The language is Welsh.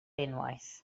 unwaith